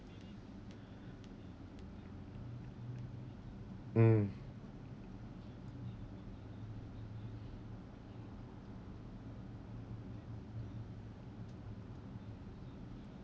mm